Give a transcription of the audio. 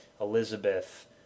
Elizabeth